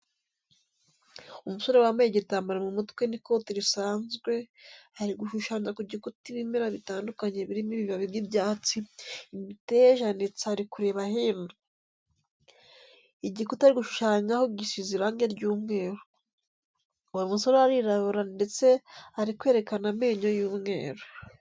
Umusore wambaye igitambaro mu mutwe n'ikoti risanzwe ari gushushanya ku gikuta ibimera bitandukanye birimo ibibabi by'ibyatsi, imiteja ndetse ari kureba hino. Igikuta ari gushushamyaho gisize irange ry'umweru. Uwo musore arirabura ndetse ari kwerekana amenyo y'umweru.